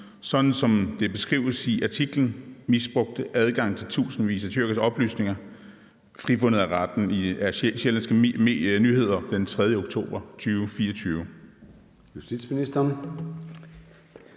sådan som det beskrives i artiklen »Misbrugte adgang til tusindvis af tyrkeres oplysninger – frifundet af retten« fra Sjællandske Nyheder den 3. oktober 2024?